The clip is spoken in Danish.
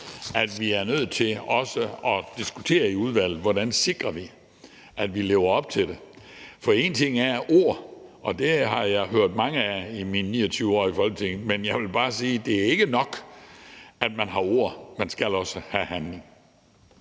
at vi er nødt til også at diskutere i udvalget, hvordan vi sikrer, at vi lever op til det. For én ting er ord, og dem har jeg hørt mange af i mine 29 år i Folketinget, men jeg vil bare sige, at det ikke er nok, at man har ord; man skal også have handling.